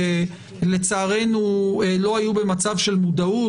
שלצערנו לא היו במצב של מודעות,